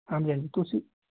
ਹਾਂਜੀ ਹਾਂਜੀ ਤੁਸੀਂ